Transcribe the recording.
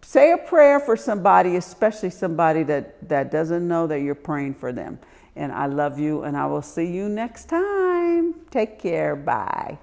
say a prayer for somebody especially somebody that doesn't know that you're praying for them and i love you and i will see you next time take care by